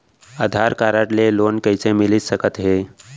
आधार card ले loan कइसे मिलिस सकत हे?